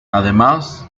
además